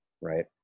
Right